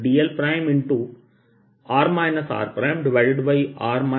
r r